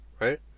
right